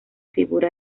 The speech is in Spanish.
figura